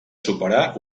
superar